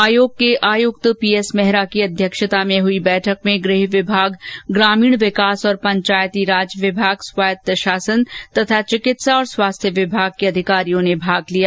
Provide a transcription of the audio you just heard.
आयोग के आयुक्त पी एस मेहरा की अध्यक्षता में हई बैठक में गृह विभाग ग्रामीण विकास और पंचायती राज विभाग स्वायत्त शासन तथा चिकित्सा और स्वास्थ्य विभाग के अधिकारियों ने भाग लिया